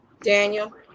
Daniel